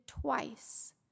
twice